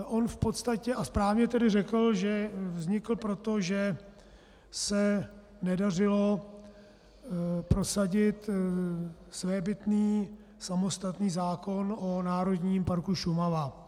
On v podstatě a správně řekl, že vznikl proto, že se nedařilo prosadit svébytný samostatný zákon o Národním parku Šumava.